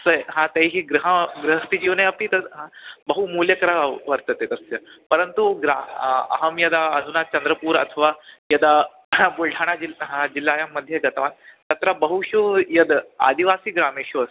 ते हा ताभिः गृहं गृहस्थजीवने अपि तद् हा बहुमूल्यकरः वर्तते तस्य परन्तु ग्रा अहं यदा अधुना चन्द्रपूर् अथवा यदा बुल्ढाणजिल् हा जिल्लायां मध्ये गतवान् तत्र बहुषु यद् आदिवासीग्रामेषु अस्